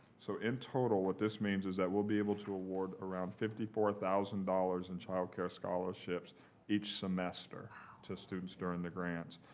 so in total, what this means is that we'll be able to award around fifty four thousand dollars in child care scholarships each semester to students during the grant.